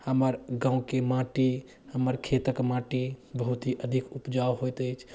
हमर गाँवके माटी हमर खेतके माटी बहुत ही अधिक उपजाउ होइत अछि